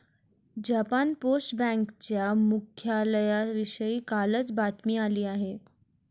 Japan post बँकेच्या मुख्यालयाविषयी कालच बातमी आली आहे